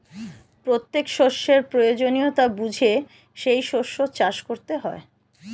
প্রত্যেক শস্যের প্রয়োজনীয়তা বুঝে সেই শস্য চাষ করতে হয়